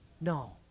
No